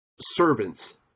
servants